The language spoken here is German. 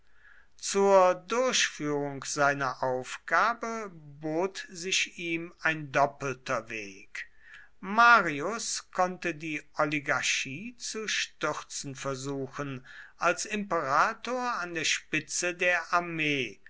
zur durchführung seiner aufgabe bot sich ihm ein doppelter weg marius konnte die oligarchie zu stürzen versuchen als imperator an der spitze der armee